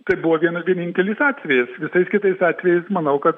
tai buvo vienas vienintelis atvejas visais kitais atvejais manau kad